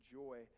joy